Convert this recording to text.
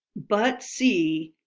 but see,